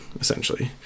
essentially